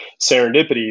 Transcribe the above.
serendipity